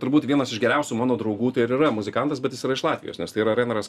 turbūt vienas iš geriausių mano draugų tai ir yra muzikantas bet jis yra iš latvijos nes tai yra reinaras